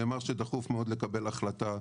נאמר שדחוף מאוד לקבל החלטה,